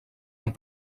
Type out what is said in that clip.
amb